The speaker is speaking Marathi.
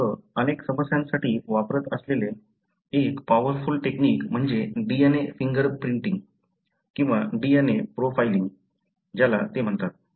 लोक अनेक समस्यांसाठी वापरत असलेले एक पॉवरफुल टेक्नीक म्हणजे DNA फिंगर प्रिंटिंग किंवा DNA प्रोफाइलिंग ज्याला ते म्हणतात